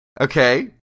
Okay